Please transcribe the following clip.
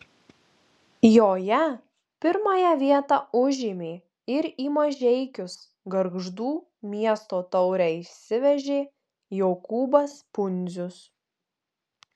joje pirmąją vietą užėmė ir į mažeikius gargždų miesto taurę išsivežė jokūbas pundzius